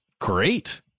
great